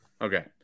Okay